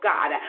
God